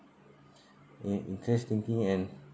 in~ interest thinking and